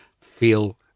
feel